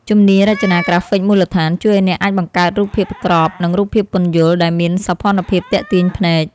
ជំនាញរចនាក្រាហ្វិកមូលដ្ឋាន ជួយឱ្យអ្នកអាចបង្កើតរូបភាពក្រប និងរូបភាពពន្យល់ដែលមានសោភ័ណភាពទាក់ទាញភ្នែក។